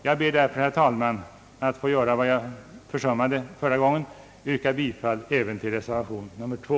Jag ber därför, herr talman, att få yrka bifall även till reservation 2.